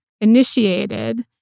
initiated